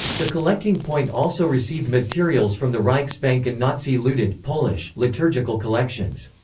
the collecting point also received materials from the reichsbank and nazi-looted, polish, liturgical collections.